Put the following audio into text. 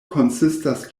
konsistas